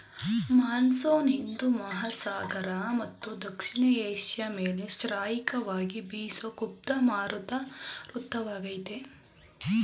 monsoon ಹಿಂದೂ ಮಹಾಸಾಗರ ಮತ್ತು ದಕ್ಷಿಣ ಏಷ್ಯ ಮೇಲೆ ಶ್ರಾಯಿಕವಾಗಿ ಬೀಸೋ ಕ್ಲುಪ್ತ ಮಾರುತ ಋತುವಾಗಯ್ತೆ